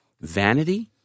vanity